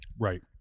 Right